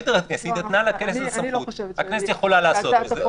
היא נתנה לכנסת את הסמכות והכנסת יכולה לעשות את זה.